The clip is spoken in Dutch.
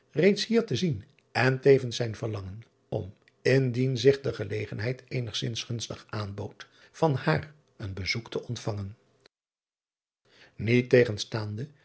hier te zien en tevens zijn verlangen om indien zich de gelegenheid eenigzins gunstig aanbood van haar een bezoek te ontvangen